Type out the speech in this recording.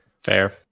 fair